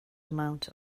amount